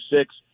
six